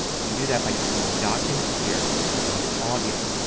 you can do that by clicking on document here and then going to audio.